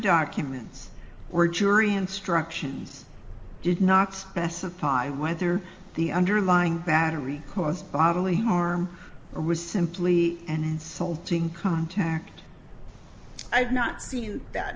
documents were jury instructions did not specify whether the underlying battery cause bodily harm or was simply an insulting contact i've not seen that